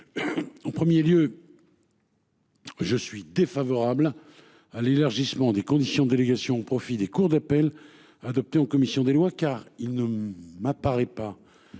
En premier lieu. Je suis défavorable à l'élargissement des conditions délégation au profit des cours d'appel, adopté en commission des lois car il ne m'apparaît pas.